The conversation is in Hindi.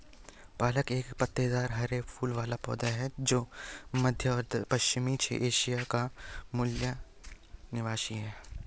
पालक एक पत्तेदार हरे फूल वाला पौधा है जो मध्य और पश्चिमी एशिया का मूल निवासी है